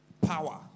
power